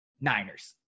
Niners